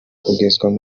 kugezwa